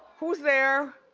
who's there?